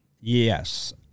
Yes